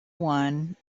one